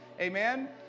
Amen